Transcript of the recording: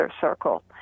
circle